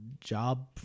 job